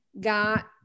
got